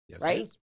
right